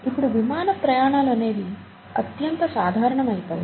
ఇప్పుడు విమాన ప్రయాణాలు అనేవి అత్యంత సాధారణం అయిపోయాయి